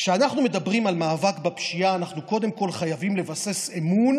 כשאנחנו מדברים על מאבק בפשיעה אנחנו קודם כול חייבים לבסס אמון